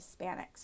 Hispanics